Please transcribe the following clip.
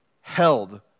held